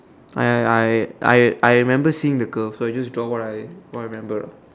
!aiya! I I I remember seeing the curve so I just draw what I what I remember